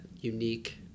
unique